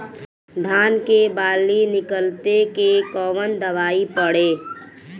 धान के बाली निकलते के कवन दवाई पढ़े?